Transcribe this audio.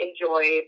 enjoy